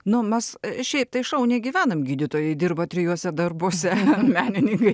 nu mes šiaip tai šauniai gyvenam gydytojai dirba trijuose darbuose menininkai